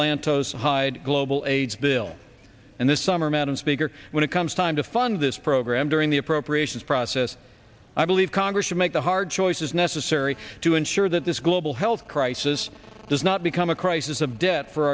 lantos heide global aids bill and this summer madam speaker when it comes time to fund this program during the appropriations process i believe congress should make the hard choices necessary to ensure that this global health crisis does not become a crisis of debt for